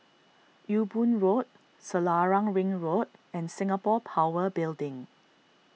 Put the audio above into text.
Ewe Boon Road Selarang Ring Road and Singapore Power Building